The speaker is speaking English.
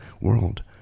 World